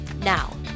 Now